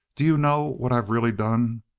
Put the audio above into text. do you know what i've really done?